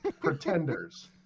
Pretenders